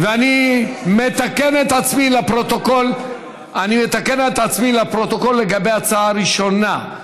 אני מתקן את עצמי לפרוטוקול לגבי ההצעה הראשונה: